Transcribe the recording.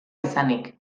izanik